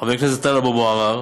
חבר הכנסת טלב אבו עראר